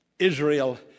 Israel